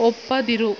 ಒಪ್ಪದಿರು